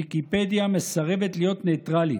ויקיפדיה מסרבת להיות נייטרלית,